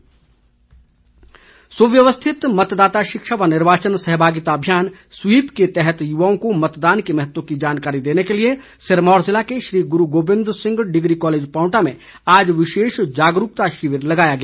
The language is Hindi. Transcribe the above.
जागरूकता सुव्यवस्थित मतदाता शिक्षा व निर्वाचन सहभागिता अभियान स्वीप के तहत युवाओं को मतदान के महत्व की जानकारी देने के लिए सिरमौर जिले के श्री गुरु गोविंद सिंह डिग्री कॉलेज पांवटा में आज विशेष जागरूकता शिविर लगाया गया